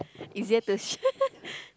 easier to